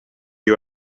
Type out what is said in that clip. you